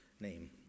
name